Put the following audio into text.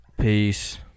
Peace